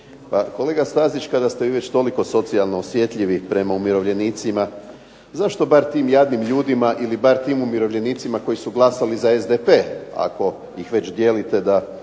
kolega Stazić kada ste vi već toliko socijalno osjetljivi prema umirovljenicima zašto bar tim jadnim ljudima ili bar tim umirovljenicima koji su glasali za SDP ako ih već dijelite da